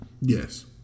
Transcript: Yes